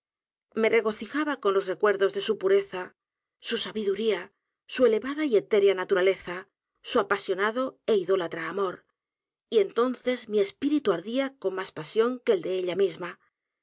me regocijaba con los recuerdos de su pureza su sabiduría su elevada y etérea naturaleza su apasionado é idólatra amor y entonces mi espíritu ardía con más pasión que el de ella misma